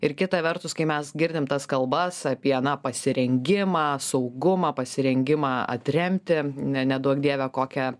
ir kita vertus kai mes girdim tas kalbas apie na pasirengimą saugumą pasirengimą atremti neduok dieve kokią